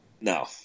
no